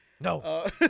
No